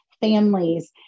families